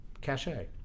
cachet